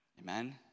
Amen